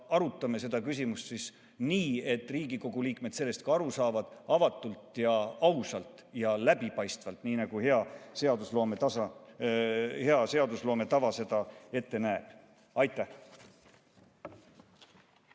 Arutame seda küsimust siis nii, et Riigikogu liikmed sellest ka aru saavad, avatult ja ausalt ja läbipaistvalt, nii nagu seadusloome hea tava ette näeb. Aitäh!